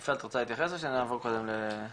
יפעת, את רוצה להתייחס או שנעבור קודם לאחרים?